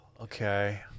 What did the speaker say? okay